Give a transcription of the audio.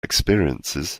experiences